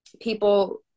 People